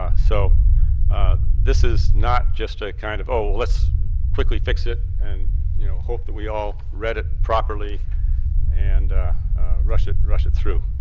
ah so this is not just, ah kind of let's quickly fix it and you know hopefully we all read it properly and rush it rush it through.